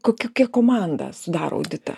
kokia kia komanda sudaro auditą